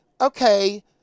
okay